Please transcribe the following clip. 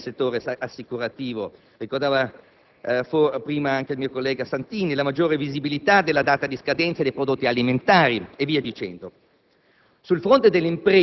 la maggior trasparenza nel settore assicurativo. Prima, anche il mio collega Santini ricordava la maggiore visibilità della data di scadenza dei prodotti alimentari e via dicendo.